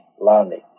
learning